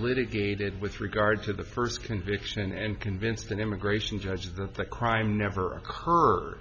litigated with regard to the first conviction and convince an immigration judge that the crime never occurred